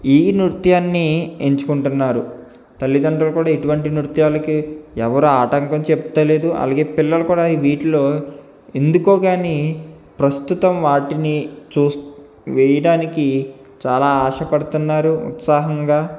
ఈ నృత్యాన్ని ఎంచుకుంటున్నారు తల్లిదండ్రులు కూడా ఎటువంటి నృత్యాలకి ఎవరు ఆటంకం చెప్పలేదు అలాగే పిల్లలు కూడా వీటిలో ఎందుకో కాని ప్రస్తుతం వాటిని చూస్ వేయటానికి చాలా ఆశపడుతున్నారు ఉత్సాహంగా